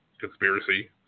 conspiracy